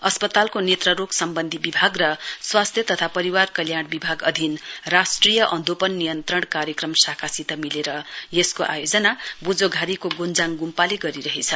अस्पतालको नेत्ररोग सम्बन्धी विभाग र स्वास्थ्य तथा परिवार कल्याण विभाग अधिन राष्ट्रिय अन्धोपन नियन्त्रण कार्यक्रम शाखासित मिलेर यसको आयोजना बोझोघारीको गोञ्जाङ गुम्पाले गरिरहेछ